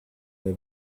they